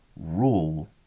rule